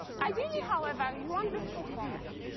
ideally however, you want this performance.